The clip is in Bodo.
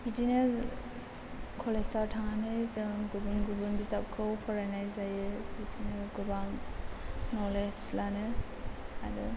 बिदिनो कलेजआव थांनानै जों गुबुन गुबुन बिजाबखौ फरायनाय जायो बिदिनो गोबां नलेज लानो आरो